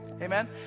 Amen